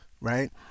Right